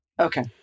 Okay